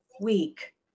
week